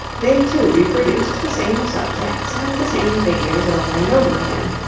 they too reproduced the same subjects and the same figures over and over again,